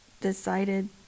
decided